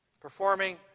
Performing